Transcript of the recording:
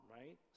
right